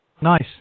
Nice